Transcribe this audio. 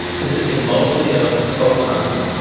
consisting mostly of protons.